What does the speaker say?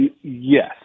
Yes